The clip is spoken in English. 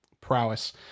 prowess